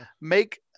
make